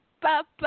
papa